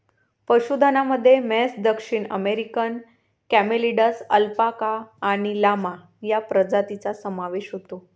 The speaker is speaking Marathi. पशुधनामध्ये म्हैस, दक्षिण अमेरिकन कॅमेलिड्स, अल्पाका आणि लामा या प्रजातींचा समावेश होतो